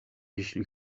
jeśli